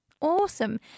Awesome